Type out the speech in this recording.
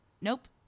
Nope